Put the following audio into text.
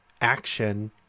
action